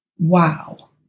wow